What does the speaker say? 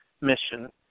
mission